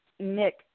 Nick